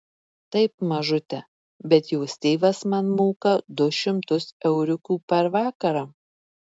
taip mažute bet jos tėvas man moka du šimtus euriukų per vakarą